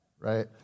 right